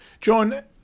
John